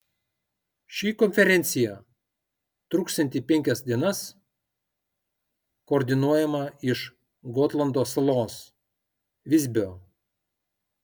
ši konferencija truksianti penkias dienas koordinuojama iš gotlando salos visbio